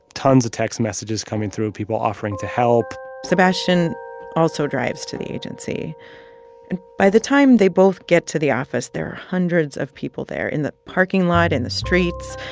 tons of text messages coming through, people offering to help sebastian also drives to the agency. and by the time they both get to the office, there are hundreds of people there in the parking lot, in the streets.